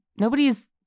nobody's